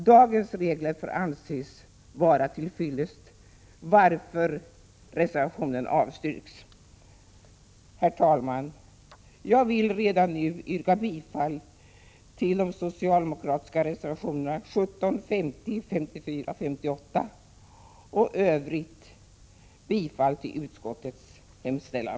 Dagens regler får anses vara till fyllest, varför reservationen avstyrks. Herr talman! Jag vill redan nu yrka bifall till de socialdemokratiska reservationerna 17, 50, 54 och 58. I övrigt yrkar jag bifall till utskottets hemställan.